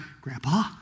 Grandpa